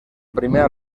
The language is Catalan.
primera